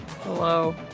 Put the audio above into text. Hello